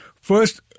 First